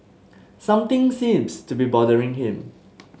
something seems to be bothering him